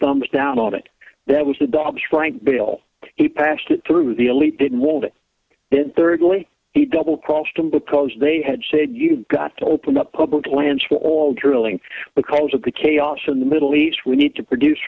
thumbs down on it that was the dobbs frank bill he passed it through the elite didn't want it then thirdly he double crossed him because they had said you've got to open up public lands for all drilling because of the chaos in the middle east we need to produce